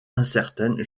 incertaine